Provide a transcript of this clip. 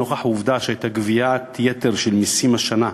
נוכח העובדה שהייתה גביית יתר של מסים השנה,